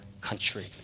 country